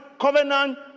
covenant